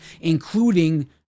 including